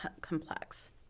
complex